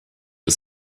was